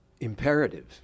imperative